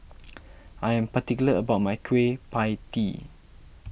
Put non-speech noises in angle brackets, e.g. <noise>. <noise> I am particular about my Kueh Pie Tee